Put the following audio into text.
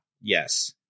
Yes